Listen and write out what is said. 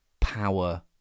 power